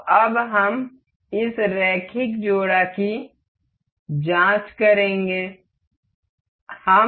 तो अब हम इस रैखिक जोड़ा की जाँच करेंगे